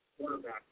Quarterback